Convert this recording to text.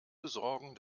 besorgen